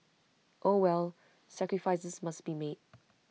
oh well sacrifices must be made